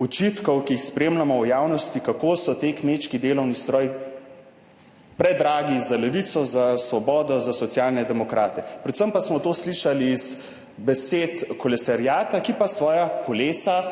očitkov, ki jih spremljamo v javnosti, kako so ti kmečki delovni stroji predragi za Levico, za Svobodo, za Socialne demokrate. Predvsem pa smo to slišali iz besed kolesariata, ki pa svoja kolesa